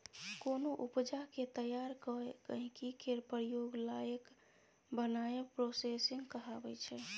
कोनो उपजा केँ तैयार कए गहिंकी केर प्रयोग लाएक बनाएब प्रोसेसिंग कहाबै छै